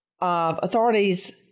authorities